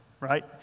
right